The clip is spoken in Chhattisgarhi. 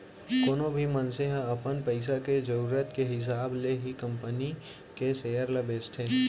कोनो भी मनसे ह अपन पइसा के जरूरत के हिसाब ले ही अपन कंपनी के सेयर ल बेचथे